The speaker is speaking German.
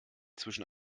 zwischen